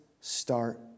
start